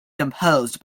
composed